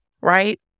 right